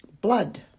Blood